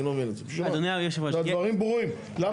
אני לא מבין את זה.